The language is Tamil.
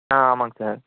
ஆ ஆமாம்ங்க சார்